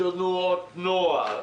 תנועות נוער,